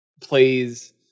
plays